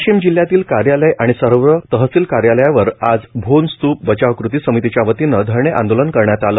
वाशिम जिल्ह्यधिकारी कार्यालय आणि सर्व तहसील कार्यालयावर आज भोन स्तूप बचाव कृती समितीच्या वतीने धरणे आंदोलन करण्यात आले